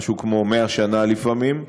משהו כמו 100 שנה, לפעמים,